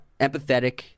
empathetic